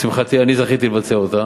לשמחתי, אני זכיתי לבצע אותה.